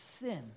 sin